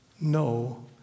no